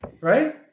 right